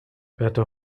berta